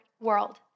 world